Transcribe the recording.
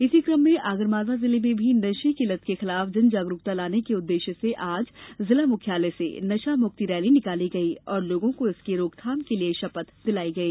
इसी कम में आगरमालवा जिले में भी नशे की लत के खिलाफ जनजागरूकता लाने के उद्देश्य से आज जिला मुख्यालय से नशामुक्ति रैली निकाली गई और लोगों को इसके रोकथाम के लिये शपथ दिलाई गई